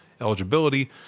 eligibility